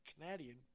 Canadian